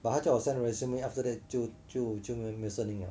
but 他叫我 send resume after that 就就就没有声音了